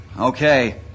Okay